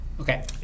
Okay